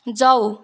जाऊ